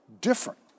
different